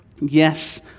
Yes